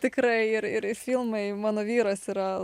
tikrai ir ir ir filmai mano vyras yra